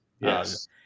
yes